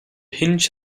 hinge